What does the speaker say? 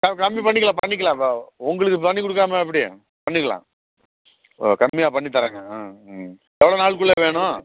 ஆ கம்மி பண்ணிக்கலாம் பண்ணிக்கலாம்பா உங்களுக்கு பண்ணிக்கொடுக்காம எப்படி பண்ணிக்கலாம் ஓ கம்மியாக பண்ணித்தரேங்க ம் ம் எவ்வளோ நாளுக்குள்ளே வேணும்